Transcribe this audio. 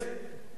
זה בסיס,